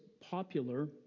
popular